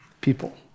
People